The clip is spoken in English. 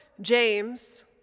James